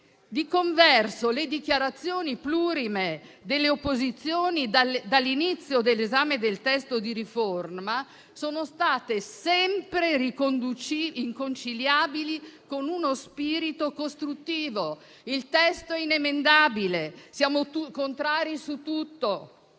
Di converso, le dichiarazioni plurime delle opposizioni dall'inizio dell'esame del testo di riforma sono state sempre inconciliabili con uno spirito costruttivo: il testo inemendabile; siamo contrari su tutto;